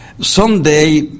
someday